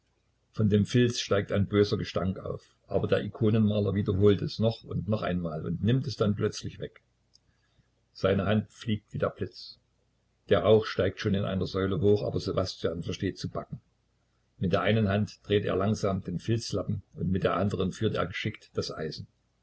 von dem filz steigt ein böser gestank auf aber der ikonenmaler wiederholt es noch und noch einmal und nimmt es dann plötzlich weg seine hand fliegt wie der blitz der rauch steigt schon in einer säule hoch aber ssewastjan versteht zu backen mit der einen hand dreht er langsam den filzlappen und mit der anderen führt er geschickt das eisen